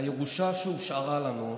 הירושה שהושארה לנו,